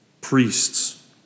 priests